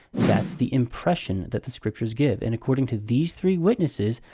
that's the impression that the scriptures give. and according to these three witnesses,